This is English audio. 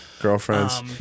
girlfriends